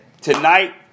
tonight